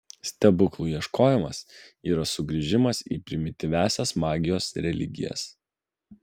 stebuklų ieškojimas yra sugrįžimas į primityviąsias magijos religijas